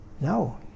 No